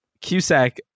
cusack